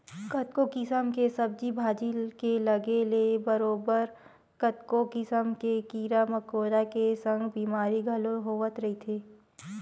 कतको किसम के सब्जी भाजी के लगे ले बरोबर कतको किसम के कीरा मकोरा के संग बेमारी घलो होवत रहिथे